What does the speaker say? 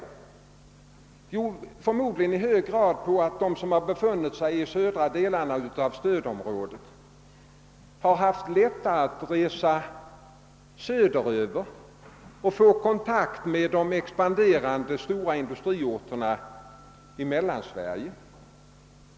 Jo, förmodligen beror det i hög grad på att de som bor i södra delarna av stödområdet har lättare att resa söderut och få kontakt med de expanderande stora industriorterna i Mellansverige.